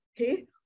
okay